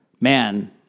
man